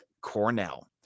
Cornell